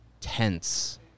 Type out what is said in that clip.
tense